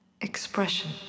expression